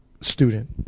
student